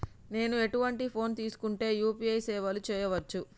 నేను ఎటువంటి ఫోన్ తీసుకుంటే యూ.పీ.ఐ సేవలు చేయవచ్చు?